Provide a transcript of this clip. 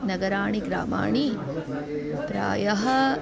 नगराणि ग्रामाणि प्रायः